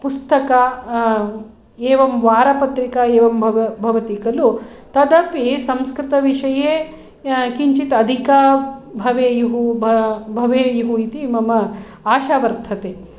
पुस्तकम् एवं वारपत्रिका एवं भवति खलु तदपि संस्कृतविषये किञ्चित् अधिका भवेयुः भवेयुः इति मम आशा वर्तते